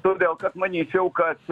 todėl kad manyčiau kad